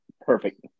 Perfect